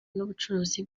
n’ubucuruzi